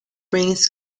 brings